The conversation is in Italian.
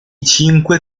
cinque